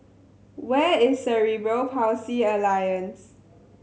where is Cerebral Palsy Alliance